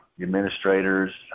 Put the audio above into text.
administrators